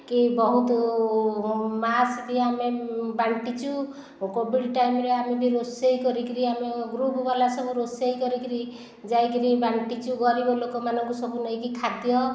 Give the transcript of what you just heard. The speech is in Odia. କି ବହୁତ ମାସ୍କ ବି ଆମେ ବାଣ୍ଟିଛୁ କୋଭିଡ଼ ଟାଇମରେ ଆମେ ବି ରୋଷେଇ କରିକି ଆମେ ଗୃପବାଲା ସବୁ ରୋଷେଇ କରିକି ଯାଇକି ବାଣ୍ଟିଛୁ ଗରିବ ଲୋକମାନଙ୍କୁ ସବୁ ନେଇକି ଖାଦ୍ୟ